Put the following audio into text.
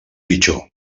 pitjor